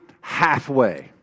halfway